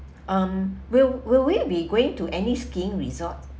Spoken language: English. um will will we be going to any skiing resort